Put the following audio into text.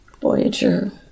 Voyager